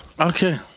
Okay